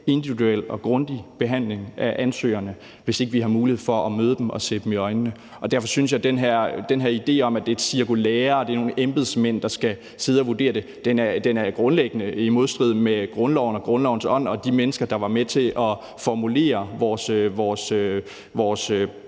individuel og grundig behandling af ansøgerne, hvis ikke vi har mulighed for at møde dem og se dem i øjnene. Og derfor synes jeg, at den her idé om, at det er et cirkulære og det er nogle embedsmænd, der skal sidde og vurdere det, grundlæggende er i modstrid med grundloven og grundlovens ånd, og hvad de mennesker, der var med til at formulere vores